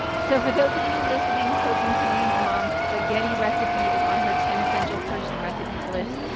so for those of you listening, hoping samin's mom's spaghetti recipe is on her ten essential persian recipes list,